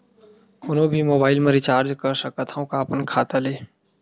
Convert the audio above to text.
कोनो भी मोबाइल मा रिचार्ज कर सकथव का अपन खाता ले?